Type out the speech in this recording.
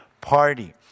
party